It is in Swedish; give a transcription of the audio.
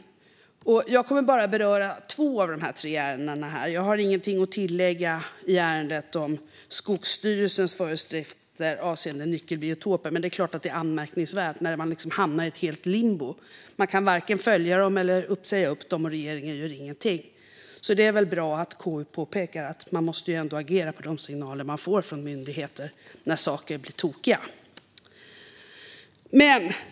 Jag kommer bara att beröra två av de tre ärendena här. Jag har ingenting att tillägga i ärendet om Skogsstyrelsens föreskrifter avseende nyckelbiotoper. Det är dock klart att det är anmärkningsvärt när man hamnar i limbo - man kan varken följa dem eller säga upp dem, och regeringen gör ingenting. Det är väl bra att KU påpekar att man måste agera på de signaler man får från myndigheter när saker blir tokiga.